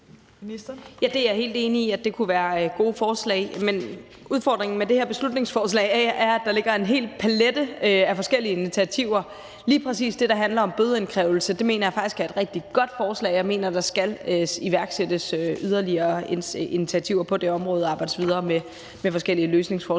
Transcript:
Jeg er helt enig i, at det kunne være gode forslag, men udfordringen med det her beslutningsforslag er, at der ligger en hel palet af forskellige initiativer. Lige præcis det, der handler om bødeindkrævelse, mener jeg faktisk er et rigtig godt forslag, og jeg mener, at der skal iværksættes yderligere initiativer på det område og arbejdes videre med forskellige løsningsforslag.